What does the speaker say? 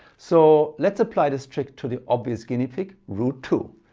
so let's apply this trick to the obvious guinea pig, root two.